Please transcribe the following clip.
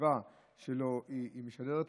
והסביבה שלו משדרת כך,